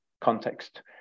context